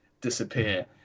disappear